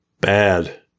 Bad